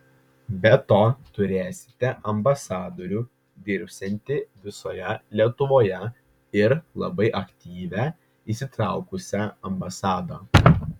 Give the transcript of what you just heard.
be to turėsite ambasadorių dirbsiantį visoje lietuvoje ir labai aktyvią įsitraukusią ambasadą